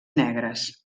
negres